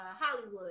Hollywood